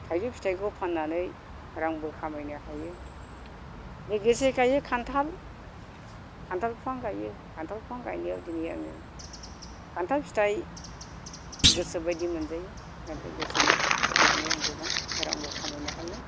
थाइजौ फिथायखौ फान्नानै रांबो खामायनो हायो लोगोसे गायो खान्थाल खान्थाल बिफां गायो खान्थाल बिफां गायनायाव दिनै आङो खान्थाल फिथाय गोसोबायदि मोनजायो आर लोगोसेनो बेखौ फान्नानै आङो गोबां रांबो खामायनो हायो